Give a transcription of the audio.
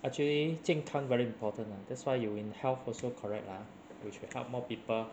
actually 健康 very important lah that's why you in health also correct lah we should help more people